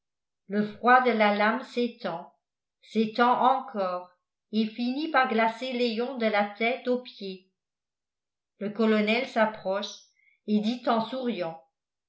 le froid de la lame s'étend s'étend encore et finit par glacer léon de la tête aux pieds le colonel s'approche et dit en souriant